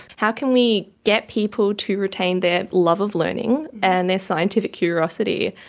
how can we get people to retain their love of learning and their scientific curiosity?